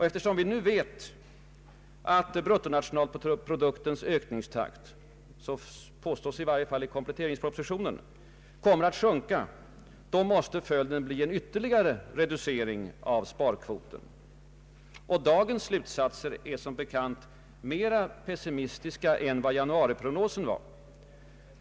Eftersom vi nu vet att bruttonationalinkomstens ökningstakt — så påstås i varje fall i kompletteringspropositionen — kommer att sjunka, måste följden bli en ytterligare reducering av sparkvoten. Dagens slutsatser är som bekant mera pessimistiska än vad januariprognosen var.